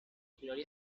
gloria